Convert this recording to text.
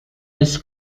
his